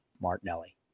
Martinelli